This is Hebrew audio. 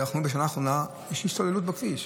בשנה האחרונה יש השתוללות בכביש.